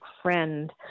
friend